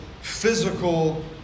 physical